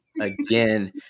again